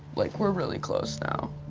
like, we're really close now.